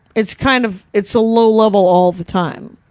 it's kind of, it's a low level all the time,